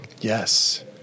yes